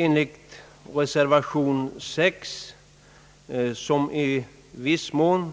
Enligt reservation 6 — som i viss mån